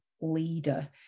leader